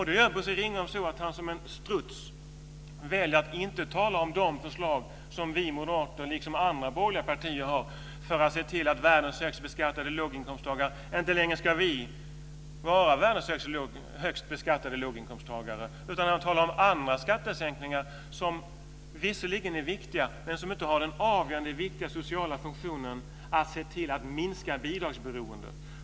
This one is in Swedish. Då gör Bosse Ringholm så att han som en struts väljer att inte tala om de förslag som vi moderater liksom andra borgerliga partier har för att se till att världens högst beskattade låginkomsttagare inte längre ska vara detta. Han talar om andra skattesänkningar, som visserligen är viktiga men som inte har den avgörande och viktiga sociala funktionen att se till att minska bidragsberoendet.